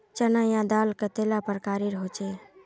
चना या दाल कतेला प्रकारेर होचे?